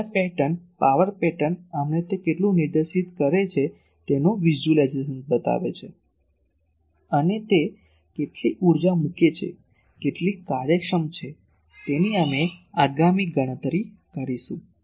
હવે આ pattern power pattern અમને તે કેટલું નિર્દેશિત છે તેનું વિઝ્યુલાઇઝેશન બતાવે છે અને તે કેટલી ઊર્જા મૂકે છે કેટલી કાર્યક્ષમ છે તેની અમે આગામી ગણતરી કરીશું